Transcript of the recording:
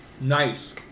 Nice